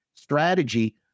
strategy